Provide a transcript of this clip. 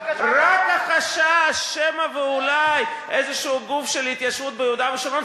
רק החשש שמא ואולי איזה גוף של התיישבות ביהודה ושומרון,